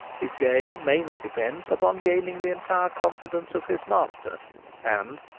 his game mainly depends upon gaining the entire confidence of his master and,